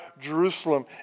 Jerusalem